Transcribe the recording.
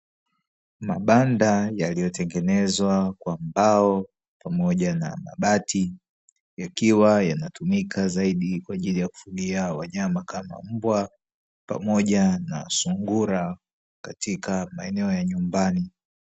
Mabanda yaliyotengenezwa kwa mbao pamoja na mabati yakiwa yanatumika zaidi kwa ajili ya kufugia wanyama kama mbwa pamoja na sungura, katika maeneo ya nyumbani.